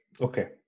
Okay